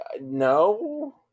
No